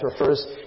refers